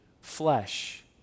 flesh